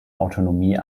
autonomie